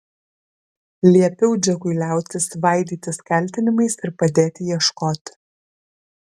liepiau džekui liautis svaidytis kaltinimais ir padėti ieškoti